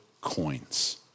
coins